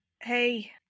hey